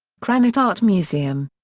krannert art museum.